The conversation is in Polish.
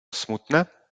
smutne